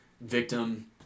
Victim